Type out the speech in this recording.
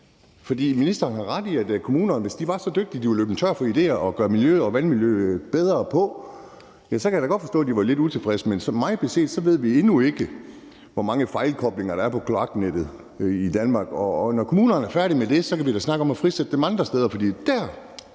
For ministeren har ret: Hvis kommunerne var så dygtige, at de var løbet tør for idéer til at gøre miljøet og vandmiljøet bedre, så kunne jeg da godt forstå, at de var lidt utilfredse, men mig bekendt ved vi endnu ikke, hvor mange fejlkoblinger der er på kloaknettet i Danmark. Og når kommunerne er færdige med det, kan vi da snakke om at frisætte dem andre steder, for det